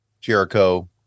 Jericho